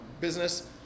business